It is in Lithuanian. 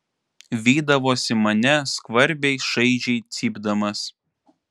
vydavosi mane skvarbiai šaižiai cypdamas